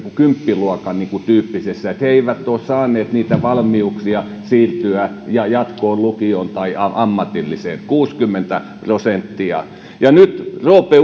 kuin kymppiluokan tyyppisessä he eivät ole saaneet niitä valmiuksia siirtyä jatkoon lukioon tai ammatilliseen kuusikymmentä prosenttia ja nyt professori roope